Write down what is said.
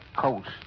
coast